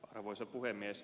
arvoisa puhemies